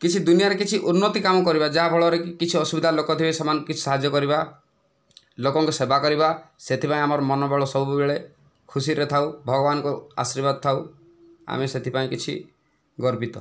କିଛି ଦୁନିଆରେ କିଛି ଉନ୍ନତି କାମ କରିବା ଯାହାଫଳରେ କି କିଛି ଅସୁବିଧା ଲୋକ ଥିବେ ସେମାନଙ୍କୁ କିଛି ସାହାଯ୍ୟ କରିବା ଲୋକଙ୍କ ସେବା କରିବା ସେଥିପାଇଁ ଆମର ମନୋବଳ ସବୁବେଳେ ଖୁସିରେ ଥାଉ ଭଗବାନଙ୍କ ଆଶୀର୍ବାଦ ଥାଉ ଆମେ ସେଥିପାଇଁ କିଛି ଗର୍ବିତ